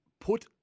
Put